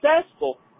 successful